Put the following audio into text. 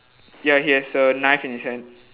ya he has a knife in his hand